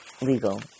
legal